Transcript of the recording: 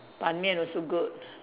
ban-mian also good